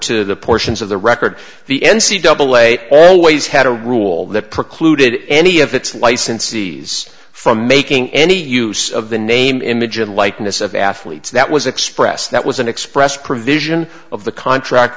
to the portions of the record the n c double a always had a rule that precluded any of its licensees from making any use of the name image and likeness of athletes that was expressed that was an expressed provision of the contract